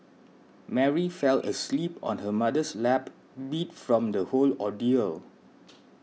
Mary fell asleep on her mother's lap beat from the whole ordeal